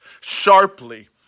sharply